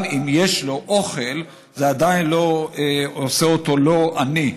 גם אם יש לו אוכל, זה עדיין לא עושה אותו לא עני.